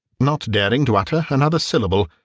not daring to utter another syllable,